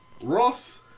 Ross